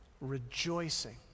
rejoicing